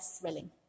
thrilling